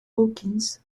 hawkins